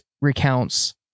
recounts